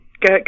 go